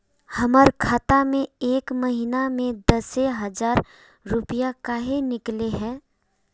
हमर खाता में एक महीना में दसे हजार रुपया काहे निकले है?